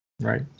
right